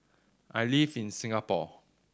I live in Singapore